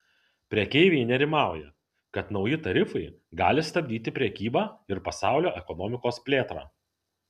prekeiviai nerimauja kad nauji tarifai gali stabdyti prekybą ir pasaulio ekonomikos plėtrą